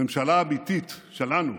ממשלה אמיתית, שלנו,